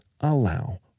allow